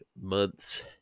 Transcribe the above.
months